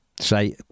Say